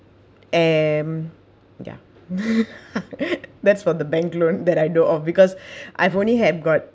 um ya that's what the bank loan that I know of because I've only have got